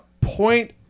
point